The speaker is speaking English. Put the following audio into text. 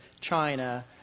China